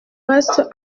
reste